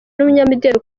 n’umunyamideli